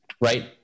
right